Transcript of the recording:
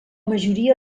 majoria